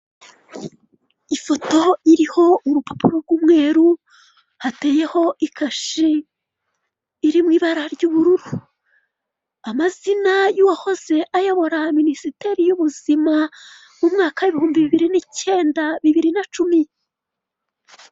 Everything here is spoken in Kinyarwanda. Ifoto iriho urupapuro rw'umweru, hateyeho ikashi iri mu ibara ry'ubururu. Amazina y'uwahoze ayobora Minisiteri y'ubuzima mu mwaka w'ibihumbi bibiri n'icyenda bibiri na cumi.